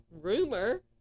Rumor